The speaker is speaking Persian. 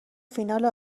فینال